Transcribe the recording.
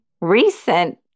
recent